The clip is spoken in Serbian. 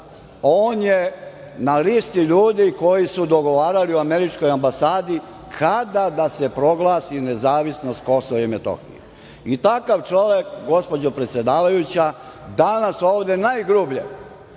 on je na listi ljudi koji su dogovarali u američkoj ambasadi kada da se proglasi nezavisnost Kosova i Metohije i takav čovek, gospođo predsedavajuća, danas ovde najgrublje